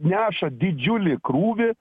neša didžiulį krūvį